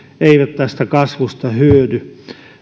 eivät tästä kasvusta hyödy